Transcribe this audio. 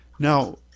Now